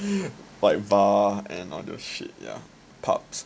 like bar and all those shit ya pubs